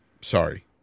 sorry